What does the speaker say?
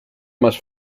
más